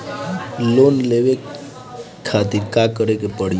Loan लेवे खातिर का करे के पड़ी?